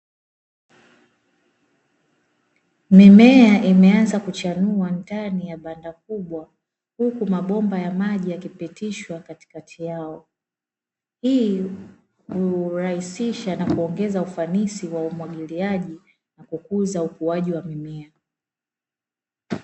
Mimea imeanza kuchanua ndani ya banda kubwa huku mabomba ya maji yakipitishwa katikati yao. Hii hurahisisha na kuongeza ufanisi wa umwagiliaji na kukuza ukuaji wa mimea.